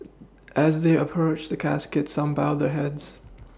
as they approached the casket some bowed their heads